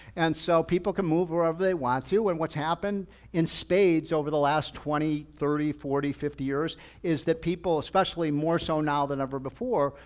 and so people can move wherever they want to, and what's happened in spades over the last twenty, thirty, forty, fifty years is that people, especially more so now than ever before,